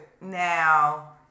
Now